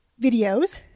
videos